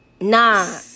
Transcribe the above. Nah